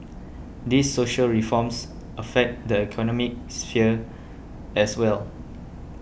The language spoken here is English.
these social reforms affect the economic sphere as well